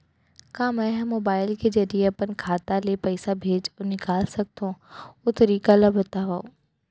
का मै ह मोबाइल के जरिए अपन खाता ले पइसा भेज अऊ निकाल सकथों, ओ तरीका ला बतावव?